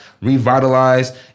revitalize